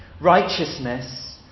Righteousness